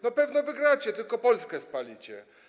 No, pewno wygracie, tylko Polskę spalicie.